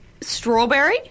strawberry